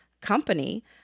company